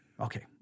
Okay